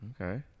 okay